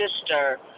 sister